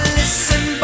listen